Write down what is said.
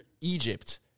Egypt